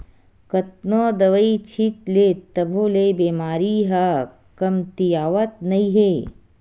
कतनो दवई छित ले तभो ले बेमारी ह कमतियावत नइ हे